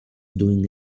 doing